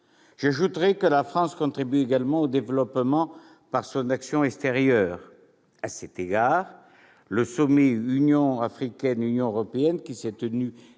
j'ajouterai que la France contribue également au développement par son action extérieure. À cet égard, le sommet Union africaine-Union européenne qui s'est tenu